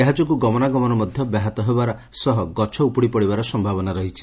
ଏହା ଯୋଗୁଁ ଗମନାଗମନ ମଧ୍ଧ ବ୍ୟାହତ ହେବାର ସହ ଗଛ ଉପୁଡିପଡିବାର ସମ୍ଭାବନା ରହିଛି